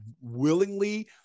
willingly